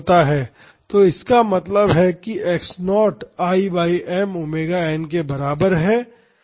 तो इसका मतलब है x0 I by m omega n के बराबर है